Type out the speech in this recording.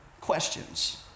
questions